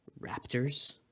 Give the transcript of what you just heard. raptors